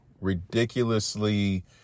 ridiculously